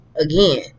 Again